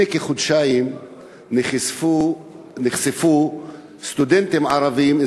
לפני כחודשיים נחשפו סטודנטים ערבים,